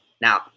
Now